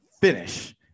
finish